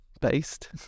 based